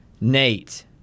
Nate